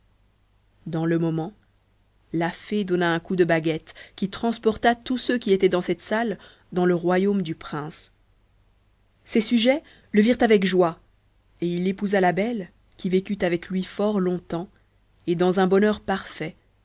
dans le moment la fée donna un coup de baguette qui transporta tous ceux qui étaient dans cette salle dans le royaume du prince ses sujets le virent avec joie et il épousa la belle qui vécut avec lui fort long-tems et dans un bonheur parfait